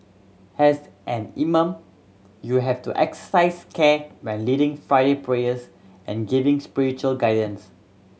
as an imam you have to exercise care when leading Friday prayers and giving spiritual guidance